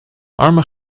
armen